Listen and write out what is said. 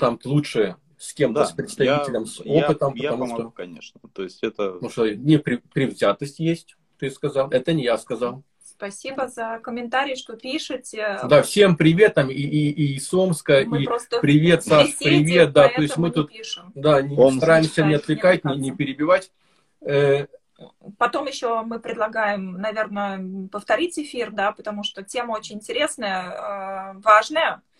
там лучше с кем-то, с Да, я- представителем, с я- опытом, я потому что- помогу, конечно. То есть это- потому что не при- предвзятость есть, ты сказал, это не я сказал. Спасибо за комментарии, что пишете. Да, всем привет, там и- и- и из Омска, Мы и просто привет, не Саш, в сети, привет, да, то есть поэтому мы не тут, пишем. да, не- не Он- стараемся не Читает, не отвлекать, не- не отвлекаться. перебивать. Э, Потом ещё мы предлагаем, наверное, м, повторить эфир, да, потому что тема очень интересная, э, важная.